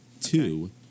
Two